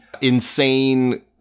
insane